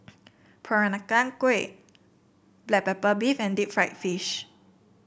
Peranakan Kueh Black Pepper Beef and Deep Fried Fish